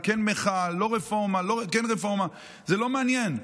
כן מחאה, לא רפורמה, כן רפורמה, זה לא מעניין.